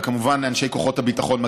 וכמובן אנשי כוחות הביטחון,